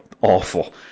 awful